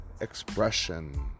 expression